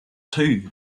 too